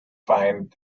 find